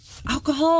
Alcohol